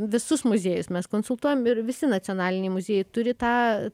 visus muziejus mes konsultuojam ir visi nacionaliniai muziejai turi tą